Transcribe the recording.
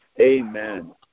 Amen